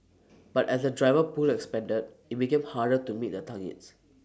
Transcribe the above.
but as the driver pool expanded IT became harder to meet the targets